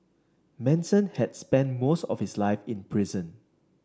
Manson had spent most of his life in prison